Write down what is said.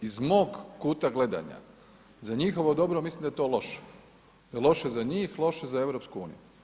Iz mog kuta gledanja za njihovo dobro mislim da je to loše, loše za njih loše za EU.